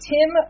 Tim